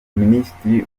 minisitiri